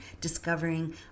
discovering